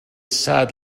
sad